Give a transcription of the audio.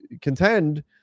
contend